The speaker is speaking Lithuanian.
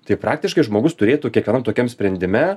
tai praktiškai žmogus turėtų kiekvienam tokiam sprendime